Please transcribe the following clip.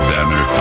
Banner